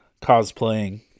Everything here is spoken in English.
cosplaying